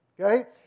Okay